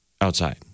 outside